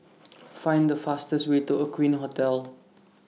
Find The fastest Way to Aqueen Hotel